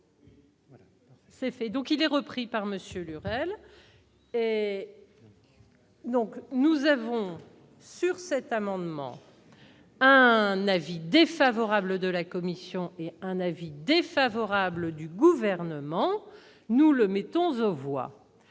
C'est fait, donc il est repris par Monsieur Lurel. Donc nous avons sur cet amendement, un avis défavorable de la commission, un avis défavorable du gouvernement, nous le mettons je vois